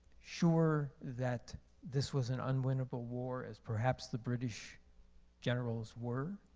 sure that this was an unwinnable war as perhaps the british generals were.